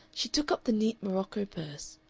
she took up the neat morocco purse,